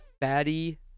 fatty